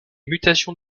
mutations